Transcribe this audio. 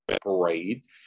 parade